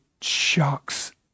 shocks